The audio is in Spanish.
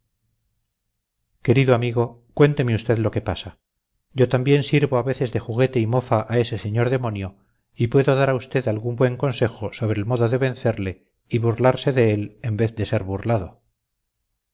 querido amigo cuénteme usted lo que pasa yo también sirvo a veces de juguete y mofa a ese señor demonio y puedo dar a usted algún buen consejo sobre el modo de vencerle y burlarse de él en vez de ser burlado